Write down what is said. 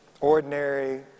ordinary